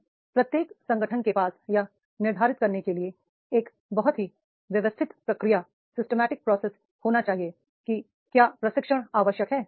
अब प्रत्येक संगठन के पास यह निर्धारित करने के लिए एक बहुत ही व्यवस्थित प्रक्रिया सिस्टमैटिक प्रोसेस होनी चाहिए कि क्या प्रशिक्षण आवश्यक है